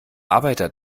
arbeiter